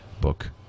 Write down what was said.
book